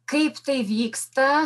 kaip tai vyksta